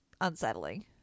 unsettling